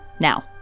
Now